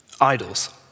idols